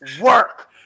work